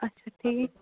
اچھا ٹھیٖک